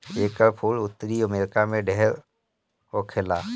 एकर फूल उत्तरी अमेरिका में ढेर होखेला